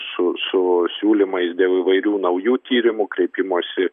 su su siūlymai dėl įvairių naujų tyrimų kreipimosi